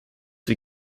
wir